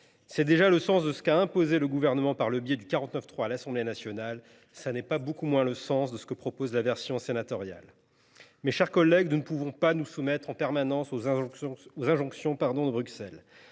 était déjà le sens de ce qu’a imposé le Gouvernement par le biais du 49.3 à l’Assemblée nationale ; tel n’est pas beaucoup moins le sens de ce que contient la version sénatoriale de ce texte. Mes chers collègues, nous ne pouvons nous soumettre en permanence aux injonctions de Bruxelles.